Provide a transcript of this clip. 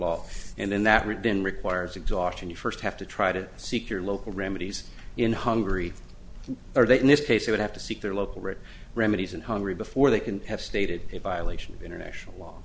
law and in that region requires exhaustion you first have to try to seek your local remedies in hungary or they in this case would have to seek their local writ remedies and hungry before they can have stated a violation of international law